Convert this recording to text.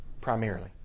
Primarily